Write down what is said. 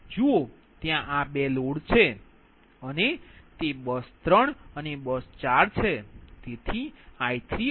જુઓ ત્યા આ 2 લોડ છે અને તે બસ 3 અને બસ 4 છે